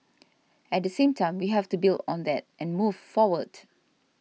at the same time we have to build on that and move forward